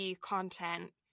content